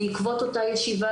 בעקבות אותה ישיבה,